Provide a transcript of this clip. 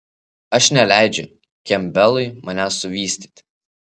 aš neleidžiu kempbelui manęs suvystyti